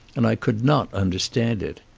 and i could not under stand it.